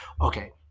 okay